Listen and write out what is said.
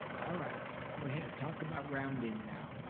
all right, go ahead, talk about rounding now.